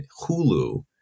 Hulu